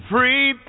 Free